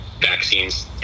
vaccines